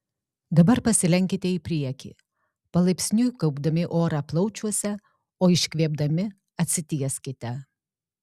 dabar pasilenkite į priekį palaipsniui kaupdami orą plaučiuose o iškvėpdami atsitieskite